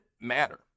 matter